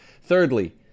Thirdly